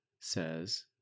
says